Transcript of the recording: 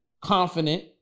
confident